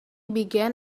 began